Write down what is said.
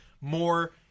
more